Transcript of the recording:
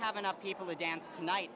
have enough people to dance tonight